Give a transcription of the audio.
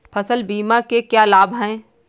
फसल बीमा के क्या लाभ हैं?